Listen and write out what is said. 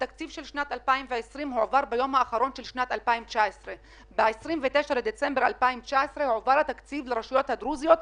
התקציב של שנת 2020 הועבר ביום האחרון של שנת 2019. ב-29 בדצמבר 2019 הועבר התקציב לרשויות הדרוזיות,